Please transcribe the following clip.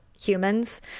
humans